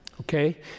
Okay